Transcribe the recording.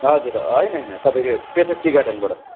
हजुर होइन होइन तपाईँको पेसोक टी गार्डनबाट